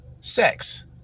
sex